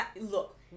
Look